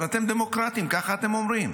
אבל אתם דמוקרטים, ככה אתם אומרים.